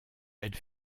elle